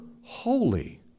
holy